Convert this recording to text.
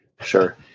Sure